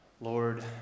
Lord